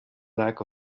lack